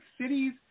cities